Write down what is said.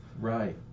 Right